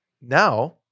now